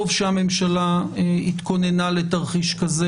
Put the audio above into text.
טוב שהממשלה התכוננה לתרחיש כזה,